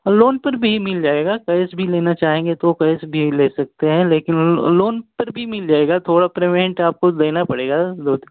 loan पर भी मिल जाएगा कर्ज भी लेना चाहेंगे तो कर्ज भी ले सकते हें लेकिन लोन पर भी मिल जाएगा थोड़ा प्रेमेंट आपको देना पड़ेगा दो त